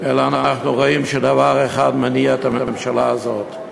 אלא אנחנו רואים שדבר אחד מניע את הממשלה הזאת,